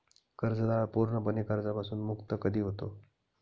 कर्जदार पूर्णपणे कर्जापासून मुक्त कधी होतो?